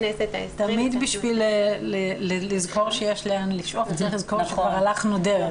תמיד לזכור שיש לאן לשאוף וצריך לזכור שכבר הלכנו דרך.